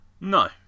No